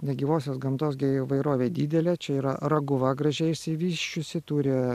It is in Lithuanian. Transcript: negyvosios gamtos gi įvairovė didelė čia yra raguva gražiai išsivysčiusi turi